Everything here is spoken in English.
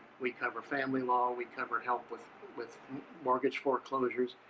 we cover family law. we cover help with with mortgage foreclosures,